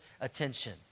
attention